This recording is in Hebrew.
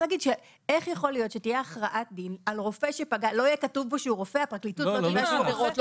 ניתן את האופציה החקיקתית והם יעשו את זה אחר כך בהליך משפטי שיסתדר,